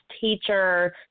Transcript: teacher